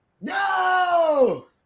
No